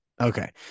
Okay